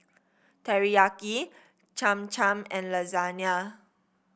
Teriyaki Cham Cham and Lasagne